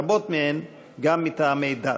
רבות מהן מטעמי דת.